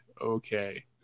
Okay